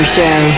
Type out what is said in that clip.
Show